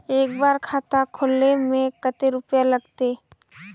एक बार खाता खोले में कते रुपया लगते?